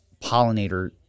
pollinator